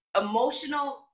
emotional